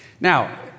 Now